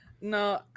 No